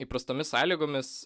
įprastomis sąlygomis